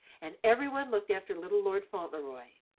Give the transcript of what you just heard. and every one looked after little lord fauntleroy.